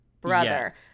brother